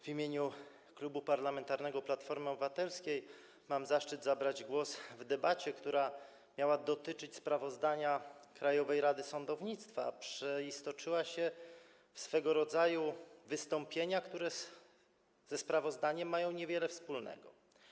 W imieniu Klubu Parlamentarnego Platforma Obywatelska mam zaszczyt zabrać głos w debacie, która miała dotyczyć sprawozdania Krajowej Rady Sądownictwa, a przeistoczyła się w wystąpienia, które ze sprawozdaniem niewiele mają wspólnego.